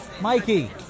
Mikey